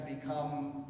become